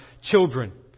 children